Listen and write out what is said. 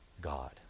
God